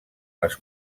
les